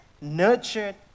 nurtured